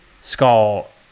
skull